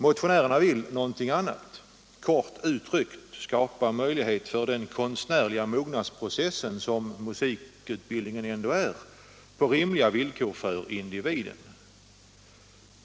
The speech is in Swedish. Motionärerna vill någonting annat — kort uttryckt skapa möjlighet för den konstnärliga mognadsprocess som musikutbildning ändå är på för individen rimliga villkor.